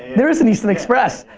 there is an easton express.